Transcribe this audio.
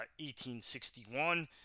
1861